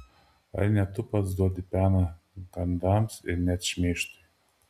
ar ne tu pats duodi peną gandams ir net šmeižtui